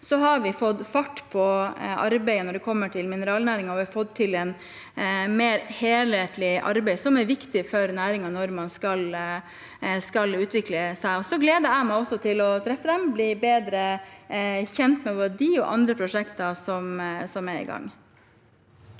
vi fått fart på arbeidet når det gjelder mineralnæringen. Vi har fått til et mer helhetlig arbeid, som er viktig for næringen når man skal utvikle seg. Jeg gleder meg til å treffe dem og bli bedre kjent med både dem og andre prosjekter som er i gang.